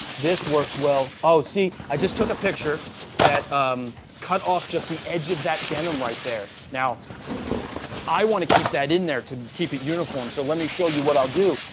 this works well. oh, see, i just took a picture that um cut off just the edge of that denim right there. now i want to keep that in there to keep it uniform, so let me show you what i'll do.